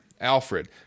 Alfred